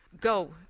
Go